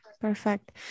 Perfect